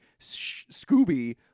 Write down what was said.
Scooby